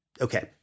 Okay